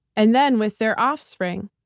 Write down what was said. and then with their offspring,